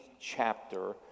chapter